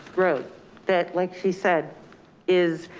road that like she said is